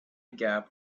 gap